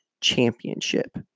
championship